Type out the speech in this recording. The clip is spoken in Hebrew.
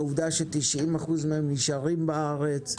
העובדה ש-90% מהם נשארים בארץ.